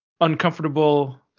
uncomfortable